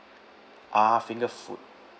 ah finger food